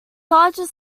largest